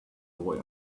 boy